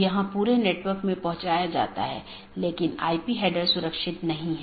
प्रत्येक EBGP router अलग autonomous system में हैं